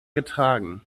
getragen